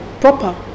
proper